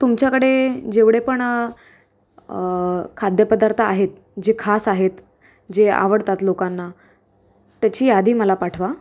तुमच्याकडे जेवढे पण खाद्यपदार्थ आहेत जे खास आहेत जे आवडतात लोकांना त्याची यादी मला पाठवा